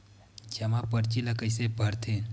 जमा परची ल कइसे भरथे?